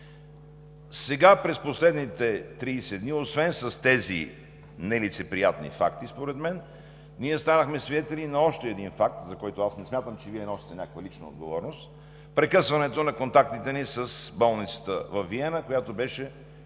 Сега през последните 30 дни освен с тези нелицеприятни факти според мен станахме свидетели и на още един факт, за който аз не смятам, че Вие носите някаква лична отговорност – прекъсването на контактите ни с болницата във Виена, която беше